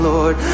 Lord